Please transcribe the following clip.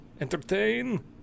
Entertain